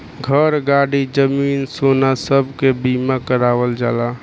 घर, गाड़ी, जमीन, सोना सब के बीमा करावल जाला